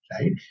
right